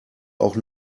auch